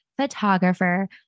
photographer